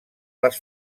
les